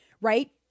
right